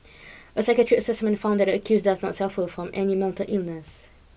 a psychiatric assessment found that the accused does not suffer from any mental illness